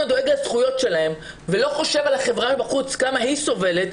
דואג לזכויות שלהם ולא חושב על החברה מבחוץ כמה היא סובלת,